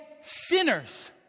sinners